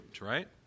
right